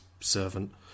servant